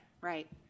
Right